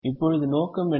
இப்போது நோக்கம் என்ன